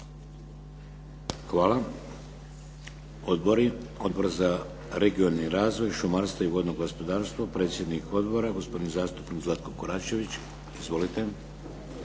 Hvala. Odbori. Odbor za regionalni razvoj, šumarstvo i vodno gospodarstvo, predsjednik odbora gospodin zastupnik Zlatko Koračević. Izvolite.